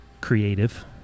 creative